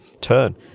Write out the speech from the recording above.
turn